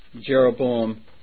Jeroboam